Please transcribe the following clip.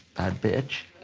bad bitch.